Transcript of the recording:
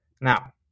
Now